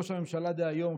ראש הממשלה דהיום,